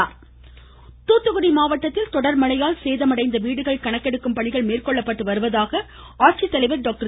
துாத்துகுடி துாத்துகுடி மாவட்டத்தில் தொடர் மழையால் சேதமடைந்த வீடுகள் கணக்கெடுக்கும் பணிகள் மேற்கொள்ளப்பட்டு வருவதாக ஆட்சித்தலைவர் டாக்டர்